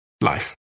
life